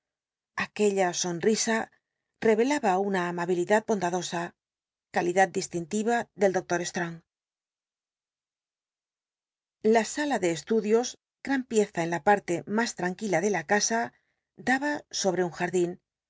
isa rc elaba una amabilidad bondadosa calidad distinli'a del doctor strong la sala de estudios gmn pieza en la parle mas tranquila de la casa daba sobre un jardín